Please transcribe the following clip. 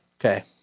Okay